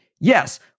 Yes